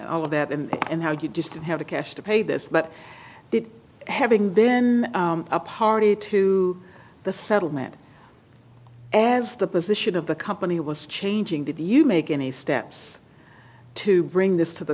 all of that and how you just didn't have the cash to pay this but it having been a party to the settlement as the position of the company was changing did you make any steps to bring this to the